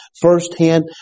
firsthand